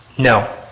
no.